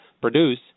produce